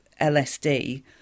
LSD